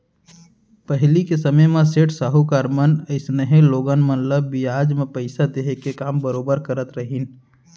पहिली के समे म सेठ साहूकार मन अइसनहे लोगन मन ल बियाज म पइसा देहे के काम बरोबर करत रहिन